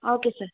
okay sir